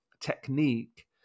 technique